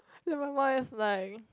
then my mom is like